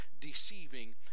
deceiving